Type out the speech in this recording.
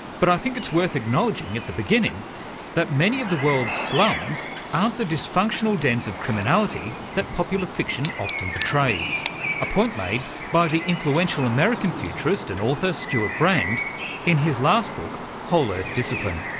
but i think it's worth acknowledging at the beginning that many of the world's slums aren't the dysfunctional dens of criminality that popular fiction often portrays a point made by the influential american futurist and author stewart brand in his last book whole earth discipline.